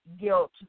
guilt